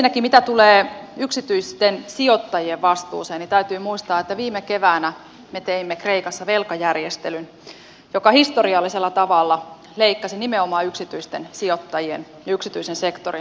ensinnäkin mitä tulee yksityisten sijoittajien vastuuseen täytyy muistaa että viime keväänä me teimme kreikassa velkajärjestelyn joka historiallisella tavalla leikkasi nimenomaan yksityisten sijoittajien ja yksityisen sektorin velkoja